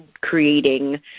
creating